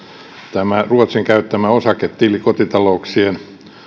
tämä ruotsin käyttämä osaketili kotitalouksien